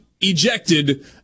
ejected